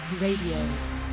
Radio